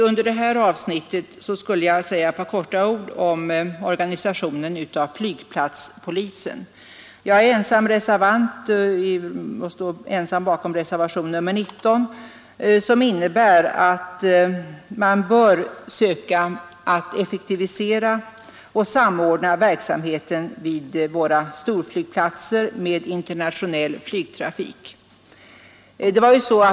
Under detta avsnitt vill jag till slut säga några ord om organisationen av flygplatspolisen. Jag står ensam bakom reservationen 19, som innebär att man bör söka effektivisera och samordna verksamheten vid våra storflygplatser med den internationella flygtrafiken.